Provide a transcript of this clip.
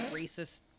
racist